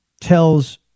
tells